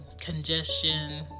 congestion